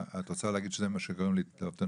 את רוצה להגיד שזה מה שגורם להתאבדות.